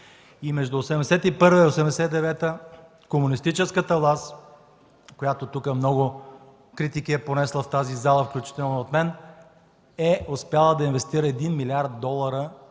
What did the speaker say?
и между 1981 и 1989 г. комунистическата власт, която е понесла много критики в тази зала, включително и от мен, е успяла да инвестира 1 милиард долара